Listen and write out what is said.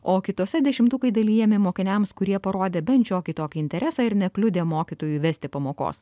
o kitose dešimtukai dalijami mokiniams kurie parodė bent šiokį tokį interesą ir nekliudė mokytojui vesti pamokos